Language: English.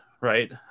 right